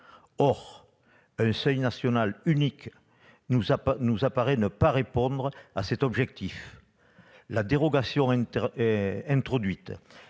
Or un seuil national unique nous apparaît ne pas répondre à cet objectif. La dérogation que